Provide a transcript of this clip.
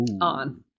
on